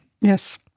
Yes